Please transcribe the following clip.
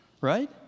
right